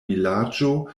vilaĝo